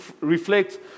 reflect